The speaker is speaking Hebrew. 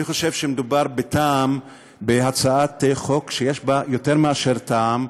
אני חושב שמדובר בהצעת חוק שיש בה יותר מאשר טעם,